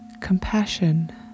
compassion